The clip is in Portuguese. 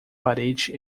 parede